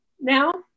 now